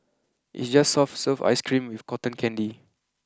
it's just soft serve ice cream with cotton candy